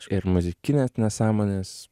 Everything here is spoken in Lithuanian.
ir muzikinės nesąmonės